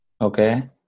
Okay